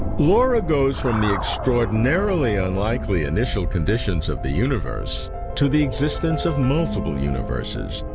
laura goes from the extraordinarily unlikely initial conditions of the universe to the existence of multiple universes.